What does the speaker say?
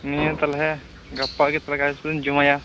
ᱱᱤᱭᱟ ᱛᱟᱦᱚᱞᱮ ᱜᱟᱯᱟᱜᱮ ᱛᱟᱦᱮ ᱠᱟᱜᱚᱡ ᱠᱚᱫᱚᱧ ᱡᱚᱢᱟᱭᱟ